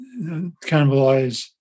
cannibalize